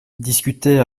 discuter